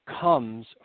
comes